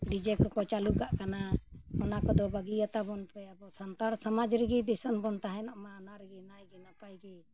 DJ ᱠᱚᱠᱚ ᱪᱟᱹᱞᱩ ᱠᱟᱜ ᱠᱟᱱᱟ ᱚᱱᱟ ᱠᱚᱫᱚ ᱵᱟᱹᱜᱤᱭᱟᱛᱟ ᱵᱚᱱ ᱯᱮ ᱟᱵᱚ ᱥᱟᱱᱛᱟᱲ ᱥᱚᱢᱟᱡᱽ ᱨᱮᱜᱮ ᱫᱤᱥᱚᱢ ᱵᱚᱱ ᱛᱟᱦᱮᱱᱚᱜ ᱢᱟ ᱚᱱᱟ ᱨᱮᱜᱮ ᱱᱟᱭ ᱜᱮ ᱱᱟᱯᱟᱭ ᱜᱮ